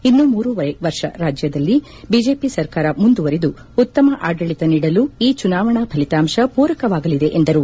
ಇನ್ನೂ ಮೂರುವರೆ ವರ್ಷ ರಾಜ್ಯದಲ್ಲಿ ಬಿಜೆಪಿ ಸರ್ಕಾರ ಮುಂದುವರಿದು ಉತ್ತಮ ಆಡಳಿತ ನೀಡಲು ಈ ಚುನಾವಣಾ ಫಲಿತಾಂಶ ಪೂರಕವಾಗಲಿದೆ ಎಂದರು